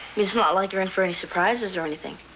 it's not like you're in for any surprises or anything.